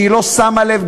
שהיא לא שמה לב,